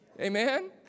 Amen